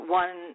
one